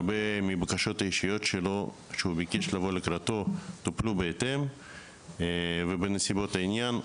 הרבה מהבקשות הפרטיות שלו טופלו בהתאם ובנסיבות העניין,